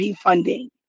funding